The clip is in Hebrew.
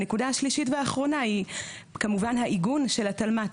הנקודה השלישית והאחרונה היא כמובן העיגון של התלמ"ת,